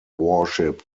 warship